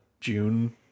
June